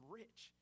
rich